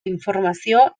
informazio